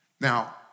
Now